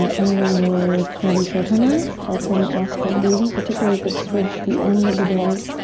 ah ending with nadi shodhana, alternate nostril breathing. particularly if it's towards the end of the day